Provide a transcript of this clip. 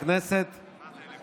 על אותם